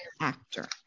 actor